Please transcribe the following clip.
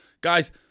Guys